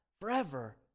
forever